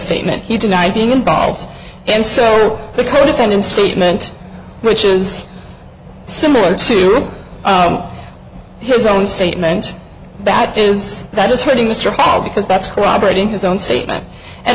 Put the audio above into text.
statement he denied being involved and so the court defending statement which is similar to your his own statement that is that is hurting mr paul because that's corroborating his own statement and